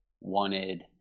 wanted